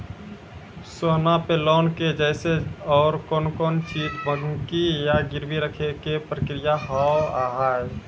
सोना पे लोन के जैसे और कौन कौन चीज बंकी या गिरवी रखे के प्रक्रिया हाव हाय?